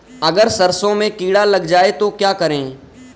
अगर सरसों में कीड़ा लग जाए तो क्या करें?